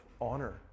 honor